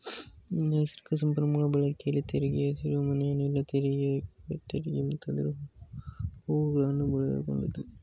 ನೈಸರ್ಗಿಕ ಸಂಪನ್ಮೂಲಗಳ ಬಳಕೆಯ ತೆರಿಗೆ, ಹಸಿರುಮನೆ ಅನಿಲ ತೆರಿಗೆ, ಸಲ್ಫ್ಯೂರಿಕ್ ತೆರಿಗೆ ಮತ್ತಿತರ ಹೂಗಳನ್ನು ಒಳಗೊಂಡಿದೆ